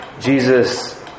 Jesus